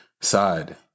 side